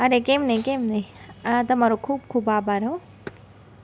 અરે કેમ નહીં કેમ નહીં તમારો ખૂબ ખૂબ આભાર હોં